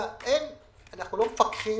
אנחנו לא מפקחים.